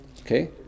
Okay